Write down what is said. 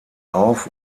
auf